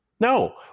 No